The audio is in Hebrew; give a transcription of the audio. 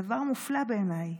דבר מופלא בעיניי.